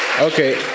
Okay